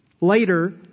Later